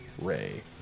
ray